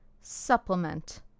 supplement